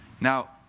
Now